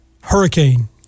Hurricane